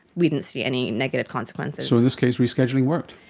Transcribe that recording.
we didn't see any negative consequences. so in this case rescheduling worked.